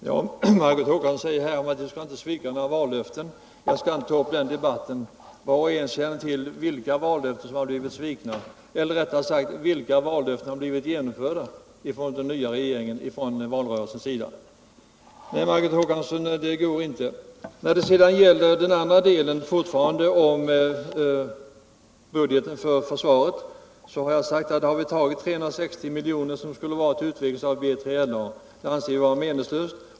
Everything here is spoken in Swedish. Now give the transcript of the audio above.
Herr talman! Margot Håkansson säger att man inte skall svika några vallöften. Jag skall inte ta upp den debatten. Var och en känner till vilka vallöften som har blivit svikna, eller, rättare sagt, vilka vallöften som har blivit genomförda från valrörelsen. Nej, Margot Håkansson, det går inte. När det sedan gäller försvarsbudgeten har jag sagt att vi har tagit 360 milj.kr. som skulle ha gått till utveckling av B3LA, som jag anser vara meningslöst.